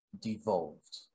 Devolved